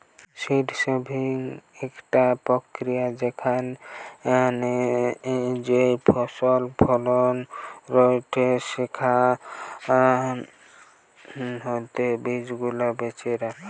seed saving একটা প্রক্রিয়া যেখানে যেই ফসল ফলন হয়েটে সেখান হইতে বীজ গুলা বেছে রাখা